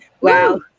wow